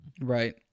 Right